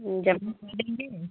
जब